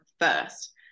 first